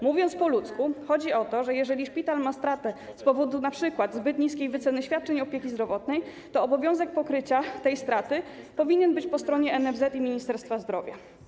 Mówiąc po ludzku, chodzi o to, że jeżeli szpital ma stratę z powodu np. zbyt niskiej wyceny świadczeń opieki zdrowotnej, to obowiązek pokrycia tej straty powinien być po stronie NFZ i Ministerstwa Zdrowia.